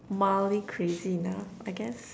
mildly crazy enough I guess